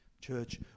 Church